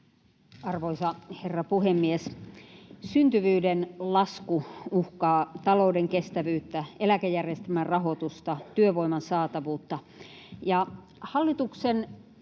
Arvoisa herra puhemies! Syntyvyyden lasku uhkaa talouden kestävyyttä, eläkejärjestelmän rahoitusta, työvoiman saatavuutta, ja hallituksen